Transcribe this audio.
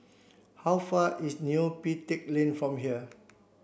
how far is Neo Pee Teck Lane from here